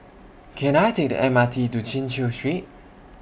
Can I Take The M R T to Chin Chew Street